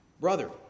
brother